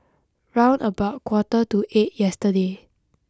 round about quarter to eight yesterday